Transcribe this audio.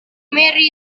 mary